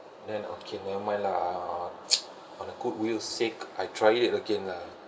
then okay never mind lah uh on a goodwill sake I try it again lah